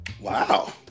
Wow